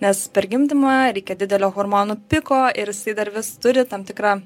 nes per gimdymą reikia didelio hormonų piko ir jisai dar vis turi tam tikrą